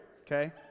okay